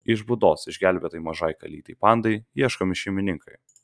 iš būdos išgelbėtai mažai kalytei pandai ieškomi šeimininkai